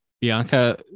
Bianca